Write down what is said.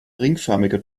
ringförmige